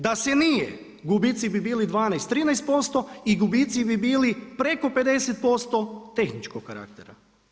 Da se nije, gubici bi bili 12, 13% i gubici bi bili preko 50% tehničkog karaktera.